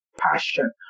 passion